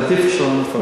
עדיף שלא נפרט.